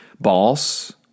boss